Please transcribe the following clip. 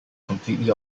completely